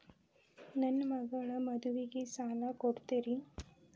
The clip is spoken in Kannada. ನನ್ನ ಮಗಳ ಮದುವಿಗೆ ಸಾಲ ಕೊಡ್ತೇರಿ?